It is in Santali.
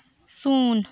ᱥᱩᱱ